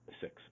Six